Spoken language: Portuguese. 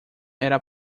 era